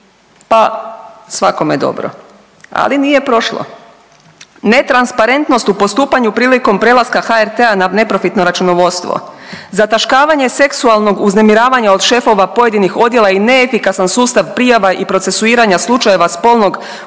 pa svakome dobrom, ali nije prošlo. Netransparentnost u postupanju prilikom prelaska HRT-a na neprofitno računovodstvo, zataškavanje seksualnog uznemiravanja od šefova pojedinih odjela i neefikasan sustav prijava i procesuiranja slučajeva spolnog